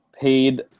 paid